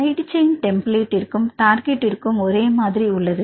side chain டெம்ப்ளேட்டிற்கும் டார்கெட்டிற்கும் ஒரே மாதிரி உள்ளது